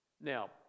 Now